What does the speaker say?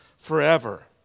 forever